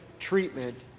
treatment,